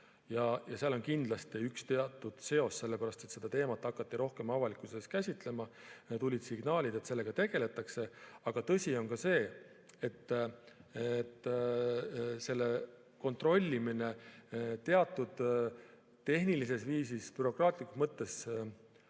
Ja seal on kindlasti teatud seos: seda teemat hakati rohkem avalikkuses käsitlema ja tulid signaalid, et sellega tegeldakse. Aga tõsi on ka see, et selle kontrollimine teatud tehnilisel viisil bürokraatlikus mõttes,